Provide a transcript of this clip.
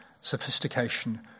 sophistication